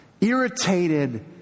irritated